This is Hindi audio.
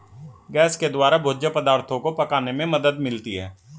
गैस के द्वारा भोज्य पदार्थो को पकाने में मदद मिलती है